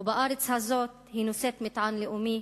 ובארץ הזאת היא נושאת מטען לאומי,